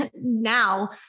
now